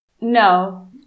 No